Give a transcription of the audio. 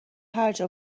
هرجا